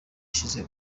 ishize